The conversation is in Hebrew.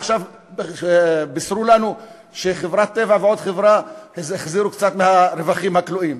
עכשיו בישרו לנו שחברת "טבע" ועוד חברה החזירו קצת מהרווחים הכלואים.